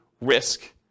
risk